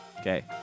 Okay